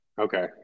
okay